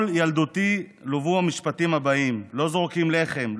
כל ילדותי לוותה במשפטים הבאים: לא זורקים לחם,